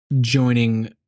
joining